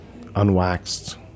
unwaxed